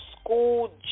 school